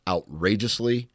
Outrageously